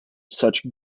such